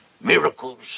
miracles